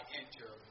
enter